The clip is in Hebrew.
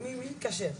מי מתקשר?